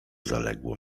zaległo